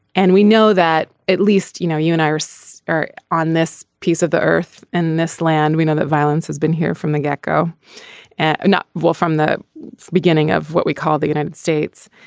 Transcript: and we know that at least you know you and iris are on this piece of the earth in this land. we know that violence has been here from the get go and not well from the beginning of what we call the united states.